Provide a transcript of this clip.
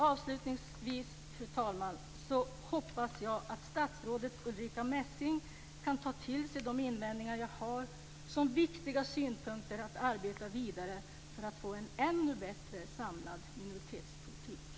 Avslutningsvis hoppas jag, fru talman, att statsrådet Ulrica Messing kan ta till sig de invändningar jag har som viktiga synpunkter att arbeta vidare på för att få en ännu bättre samlad minoritetspolitik.